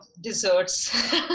desserts